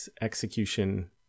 execution